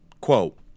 Quote